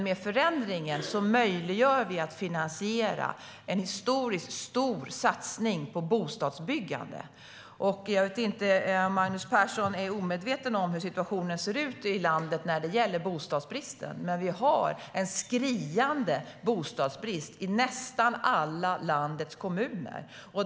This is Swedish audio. Med förändringen möjliggör vi finansiering av en historiskt stor satsning på bostadsbyggande. Jag vet inte om Magnus Persson är omedveten om hur situationen ser ut i landet när det gäller bostadsbristen, men vi har en skriande bostadsbrist i nästan alla landets kommuner.